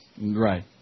Right